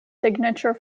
signature